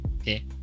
Okay